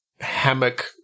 hammock